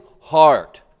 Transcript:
heart